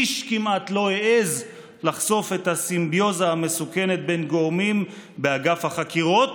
איש כמעט לא העז לחשוף את הסימביוזה המסוכנת בין גורמים באגף החקירות,